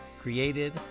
created